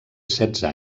setze